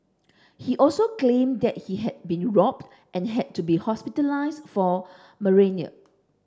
he also claimed that he had been robbed and had to be hospitalised for malaria